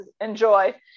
enjoy